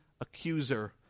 accuser